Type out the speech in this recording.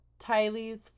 Tylee's